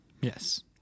Yes